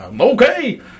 Okay